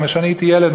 אני זוכר שכשהייתי ילד,